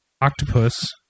Octopus